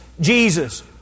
Jesus